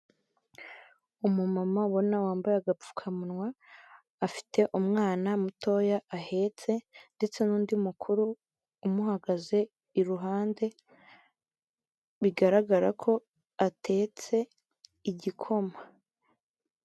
Umu mama abona wambaye agapfukamunwa afite umwana mutoya ahetse ndetse n'undi mukuru umuhagaze iruhande bigaragara ko atetse igikoma.